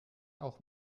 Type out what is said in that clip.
auch